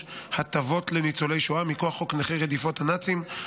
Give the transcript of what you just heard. הטבות לניצולי שואה מכוח חוק נכי רדיפות הנאצים,